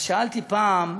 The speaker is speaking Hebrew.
אז שאלתי פעם: